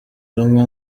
rumwe